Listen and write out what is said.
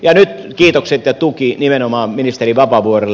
nyt kiitokset ja tuki nimenomaan ministeri vapaavuorelle